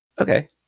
Okay